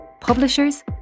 publishers